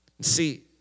See